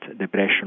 depression